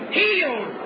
healed